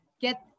get